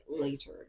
later